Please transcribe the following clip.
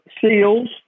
seals